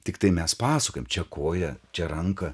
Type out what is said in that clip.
tiktai mes pasakojam čia koją čia ranką